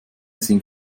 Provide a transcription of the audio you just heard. sind